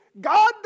God